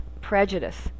prejudice